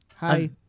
Hi